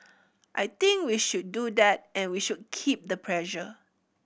I think we should do that and we should keep the pressure